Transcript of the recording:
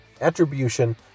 attribution